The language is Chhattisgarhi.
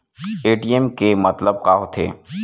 ए.टी.एम के मतलब का होथे?